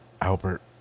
Albert